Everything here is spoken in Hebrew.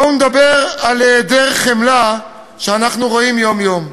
בואו נדבר על היעדר החמלה שאנחנו רואים יום-יום.